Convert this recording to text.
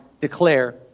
declare